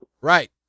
Right